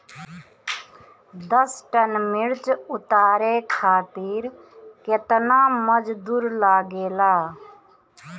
दस टन मिर्च उतारे खातीर केतना मजदुर लागेला?